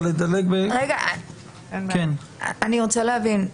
אבל לדלג --- אני רוצה להבין,